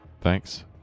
Thanks